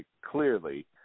clearly